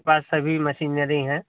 पास सभी मशीनरी हैं